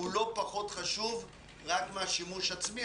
הם לא פחות חשובים מהשימוש עצמו.